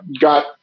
got